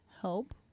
help